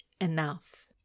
enough